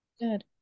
good